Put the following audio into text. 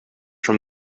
from